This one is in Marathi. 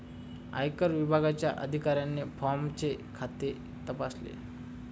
आयकर विभागाच्या अधिकाऱ्याने फॉर्मचे खाते तपासले